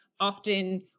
often